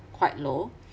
quite low